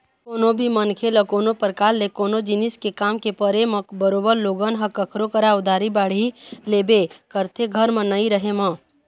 कोनो भी मनखे ल कोनो परकार ले कोनो जिनिस के काम के परे म बरोबर लोगन ह कखरो करा उधारी बाड़ही लेबे करथे घर म नइ रहें म